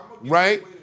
right